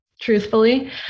truthfully